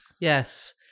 Yes